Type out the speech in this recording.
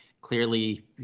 clearly